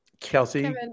Kelsey